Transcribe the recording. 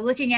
looking